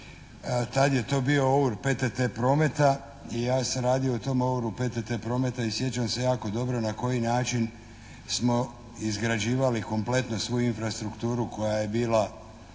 Tad je to bio OOUR PTT prometa i ja sam radio u tom OOUR-u PTT prometa i sjećam se jako dobro na koji način smo izgrađivali kompletno svu infrastrukturu koja je bila